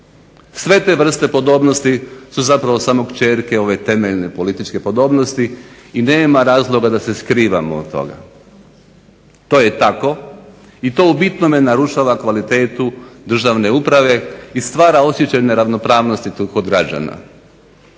Sve te vrste podobnosti su zapravo samo kćerke ove temeljne političke podobnosti i nema razloga da se skrivamo od toga. To je tako i to u bitnome narušava kvalitetu državne uprave i stvara osjećaj neravnopravnosti tu kod građana.